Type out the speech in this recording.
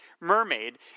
mermaid